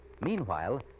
Meanwhile